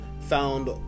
found